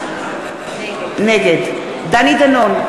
נגד דני דנון,